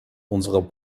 unserer